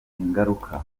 ingaruka